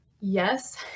Yes